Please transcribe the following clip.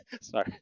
sorry